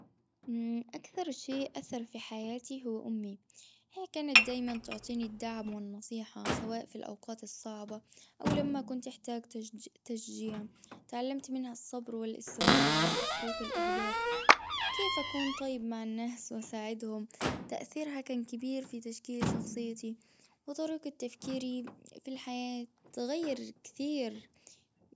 امم أكثر شيء آثر في حياتي هو أمي. هي كانت دايما تعطيني الدعم والنصيحة سواء في الأوقات الصعبة أو لما كنت احتاج تشج-تشجيعا. تعلمت منها الصبر والأصرار على تحقيق الأهداف. كيف أكون طيب مع الناس وأساعدهم? تأثيرها كان كبير في تشكيل شخصية وطرق تفكيري في الحياة تغيرت كثير.